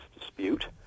dispute